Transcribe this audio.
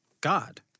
God